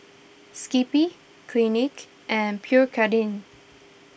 Skippy Clinique and Pierre Cardin